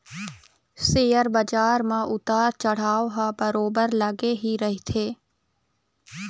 share बजार म उतार चढ़ाव ह बरोबर लगे ही रहिथे